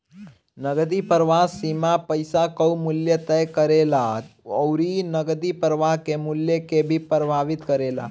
नगदी प्रवाह सीमा पईसा कअ मूल्य तय करेला अउरी नगदी प्रवाह के मूल्य के भी प्रभावित करेला